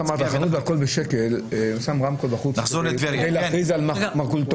אם בחנות "הכול בשקל" הוא שם רמקול בחוץ כדי להכריז על מרכולתו,